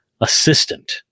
assistant